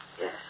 Yes